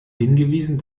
hingewiesen